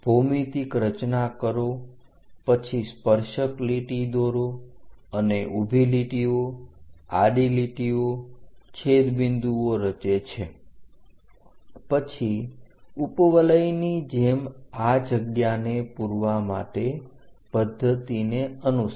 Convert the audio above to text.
ભૌમિતિક રચના કરો પછી સ્પર્શક લીટી દોરો અને ઊભી લીટીઓ આડી લીટીઓ છેદ બિંદુઓ રચે છે પછી ઉપવલયની જેમ આ જગ્યાને પુરવા માટે પદ્ધતિને અનુસરો